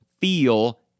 feel